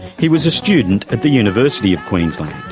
he was a student at the university of queensland,